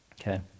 okay